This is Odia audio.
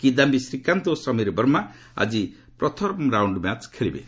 କିଦାୟୀ ଶ୍ରୀକାନ୍ତ ଓ ସମୀର ବର୍ମା ଆଜି ପ୍ରଥମ ରାଉଣ୍ଡ ଖେଳିବେ